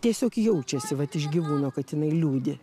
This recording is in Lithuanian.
tiesiog jaučiasi vat iš gyvūno kad jinai liūdi